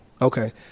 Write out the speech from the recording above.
okay